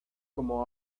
como